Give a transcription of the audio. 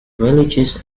religious